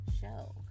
show